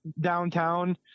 downtown